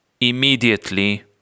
immediately